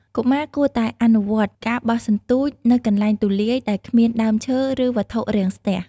កុមារគួរតែអនុវត្ត ការបោះសន្ទូច នៅកន្លែងទូលាយ ដែលគ្មានដើមឈើឬវត្ថុរាំងស្ទះ។